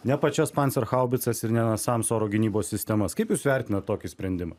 ne pačias pancerchaubicas ir ne nasams oro gynybos sistemas kaip jūs vertinate tokį sprendimą